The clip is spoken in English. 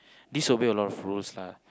this will be a lot of rules lah